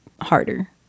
harder